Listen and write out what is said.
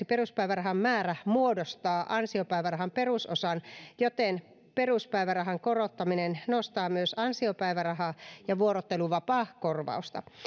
peruspäivärahan määrä muodostaa ansiopäivärahan perusosan joten peruspäivärahan korottaminen nostaa myös ansiopäivärahaa ja vuorotteluvapaakorvausta